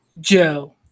Joe